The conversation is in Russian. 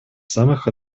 самых